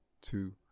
two